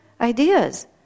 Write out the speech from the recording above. ideas